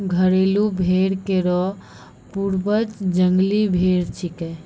घरेलू भेड़ केरो पूर्वज जंगली भेड़ छिकै